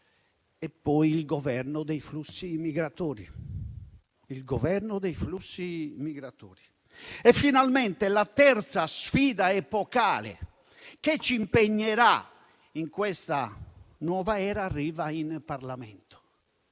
e poi il governo dei flussi migratori. Finalmente la terza sfida epocale, che ci impegnerà in questa nuova era, arriva in Parlamento